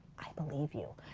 i believe you.